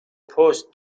پست